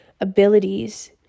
abilities